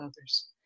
others